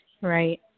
Right